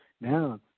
Now